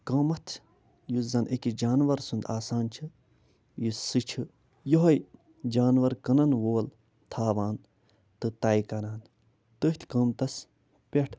قۭمَتھ یُس زَنہٕ أکِس جانوَر سُنٛد آسان چھِ یُس سُہ چھِ یِہوٚے جانوَر کٕنَن وول تھاوان تہٕ طے کران تٔتھۍ قۭمتَس پٮ۪ٹھ